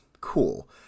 cool